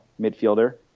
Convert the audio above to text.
midfielder